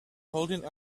holding